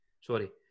sorry